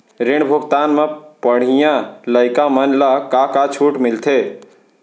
ऋण भुगतान म पढ़इया लइका मन ला का का छूट मिलथे?